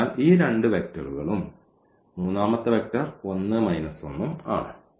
അതിനാൽ ഈ രണ്ട് വെക്റ്ററുകളും മൂന്നാമത്തെ വെക്റ്റർ 1 1 ഉം ആണ്